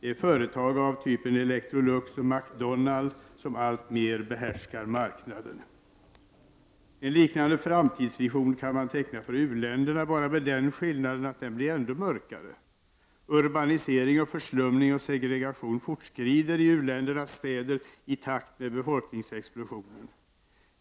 Det är företag av typen Electrolux och McDonald's som alltmer behärskar marknaden. En liknande framtidsvision kan man teckna för u-länderna, bara med den skillnaden att den blir ännu mörkare. Urbaniseringen, förslumningen och segregationen fortskrider i u-ländernas städer i takt med befolkningsexplosionen.